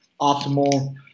optimal